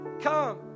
come